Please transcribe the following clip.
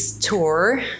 tour